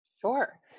Sure